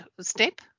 step